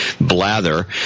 blather